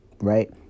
right